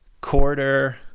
quarter